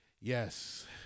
yes